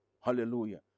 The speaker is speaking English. Hallelujah